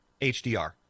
hdr